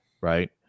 right